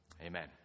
amen